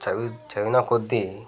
చది చదివిన కొద్ది